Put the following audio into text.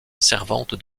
servante